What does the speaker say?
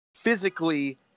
physically